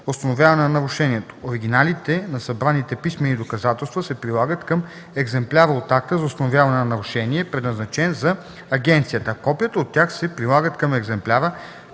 установяване на нарушението. Оригиналите на събраните писмени доказателства се прилагат към екземпляра от акта за установяване на нарушение, предназначен за агенцията, а копията от тях се прилагат към екземпляра,